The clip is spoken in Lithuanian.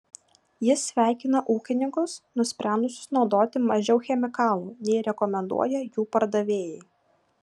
jis sveikina ūkininkus nusprendusius naudoti mažiau chemikalų nei rekomenduoja jų pardavėjai